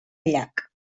llac